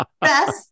best